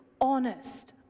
honest